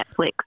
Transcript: Netflix